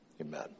amen